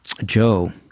Joe